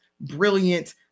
brilliant